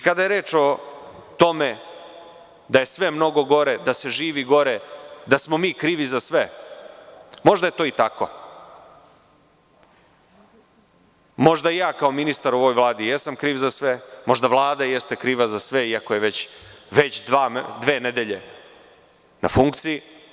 Kada je reč o tome da je sve mnogo gore, da se živi gore, da smo mi krivi za sve, možda je to tako, možda ja kao ministar u ovoj Vladi jesam kriv za sve, možda Vlada jeste kriva za sve, iako je dve nedelje na funkciji.